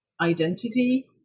identity